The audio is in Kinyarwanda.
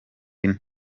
ine